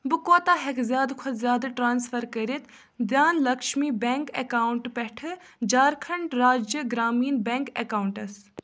بہٕ کوٗتاہ ہیٚکہٕ زیٛادٕ کھۅتہٕ زیٛادٕ ٹرٛانٕسفر کٔرِتھ دھن لَکشمی بیٚنٛک اَکاونٛٹہٕ پٮ۪ٹھٕ جھارکھنٛڈ راجیہ گرٛامیٖن بیٚنٛک اَکاونٹَس